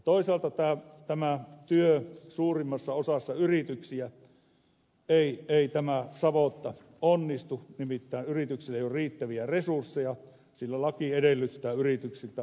toisaalta suurimmassa osassa yrityksiä ei tämä savotta onnistu nimittäin yrityksillä ei ole riittäviä resursseja sillä laki edellyttää yrityksiltä valtavasti työtä